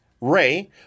Ray